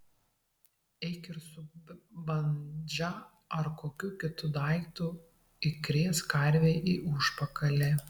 eik ir su bandža ar kokiu kitu daiktu įkrėsk karvei į užpakalį